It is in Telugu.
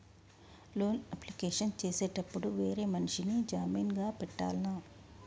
లోన్ అప్లికేషన్ చేసేటప్పుడు వేరే మనిషిని జామీన్ గా పెట్టాల్నా?